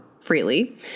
freely